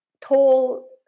tall